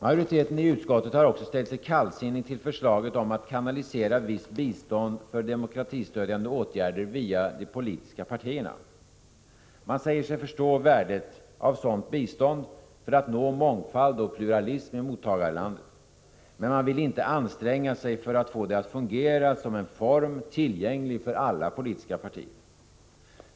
Majoriteten i utskottet har också ställt sig kallsinnig till förslaget om att kanalisera visst bistånd för demokratistödjande åtgärder via de politiska partierna. Man säger sig förstå värdet av ett sådant bistånd för att nå mångfald och pluralism i mottagarlandet. Men man vill inte anstränga sig för att få det att fungera som en form tillgänglig för alla politiska partier.